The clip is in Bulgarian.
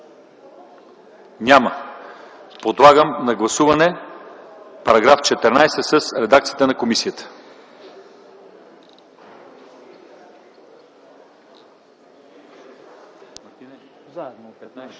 Няма. Подлагам на гласуване § 14 в редакцията на комисията.